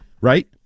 right